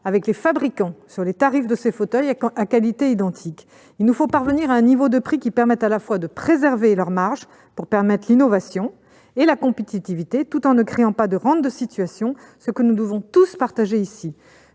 avec les fabricants sur les tarifs de ces fauteuils, à qualité identique. Il nous faut parvenir à un niveau de prix qui permette à la fois de préserver les marges, pour garantir l'innovation et la compétitivité, tout en ne créant pas de rente de situation. C'est un objectif que nous devons tous partager ici.